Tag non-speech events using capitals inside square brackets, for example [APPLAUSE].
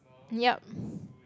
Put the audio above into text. yup [BREATH]